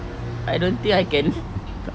I don't think I can